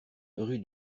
rue